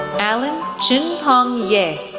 alan chun-pong yeh,